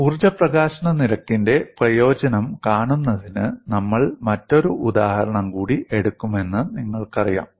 ഊർജ്ജ പ്രകാശന നിരക്കിന്റെ പ്രയോജനം കാണുന്നതിന് നമ്മൾ മറ്റൊരു ഉദാഹരണം കൂടി എടുക്കുമെന്ന് നിങ്ങൾക്കറിയാം